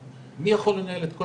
מי יכול לנהל את כל